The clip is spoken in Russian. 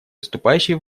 выступающий